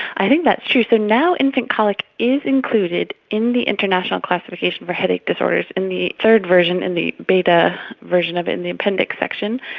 i think that's true. so now infant colic is included in the international classification for headache disorders in the third version, in the beta version of it in the appendix section,